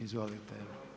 Izvolite.